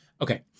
Okay